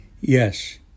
Yes